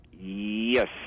Yes